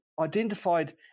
identified